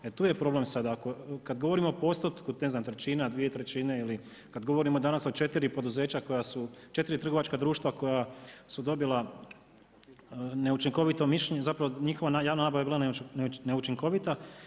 E tu je problem sad ako, kad govorimo o postotku, ne znam trećina, dvije trećine ili kad govorimo danas o četiri poduzeća koja su, četiri trgovačka društva koja su dobila neučinkovito mišljenje, zapravo njihova javna nabava je bila neučinkovita.